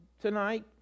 tonight